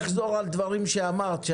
אחזור על דברים שאמרת,